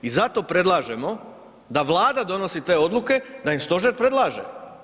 I zato predlažemo da Vlada donosi te odluke da im stožer predlaže.